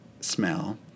smell